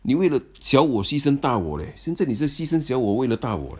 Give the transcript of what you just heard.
你为了小我牺牲大我 leh 现在你是牺牲小我为了大我 leh